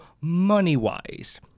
money-wise